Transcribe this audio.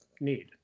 need